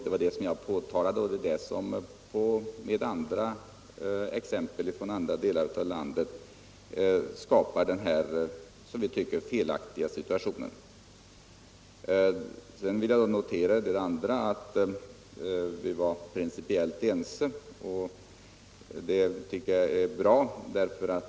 Det var det som jag påtalade och som jag belyste med exempel. Även från andra delar av landet finns exempel på denna som vi tycker felaktiga handläggning. Sedan vill jag notera att vi var principiellt ense, och det tycker jag är bra.